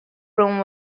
room